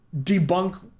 debunk